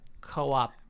co-op